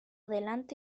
delante